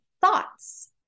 thoughts